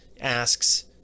Asks